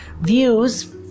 views